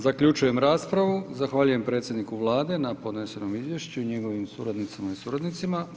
Zaključujem raspravu, zahvaljujem predsjedniku Vlade na podnesenom izvješću i njegovim suradnicama i suradnicima.